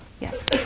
Yes